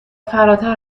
فراتر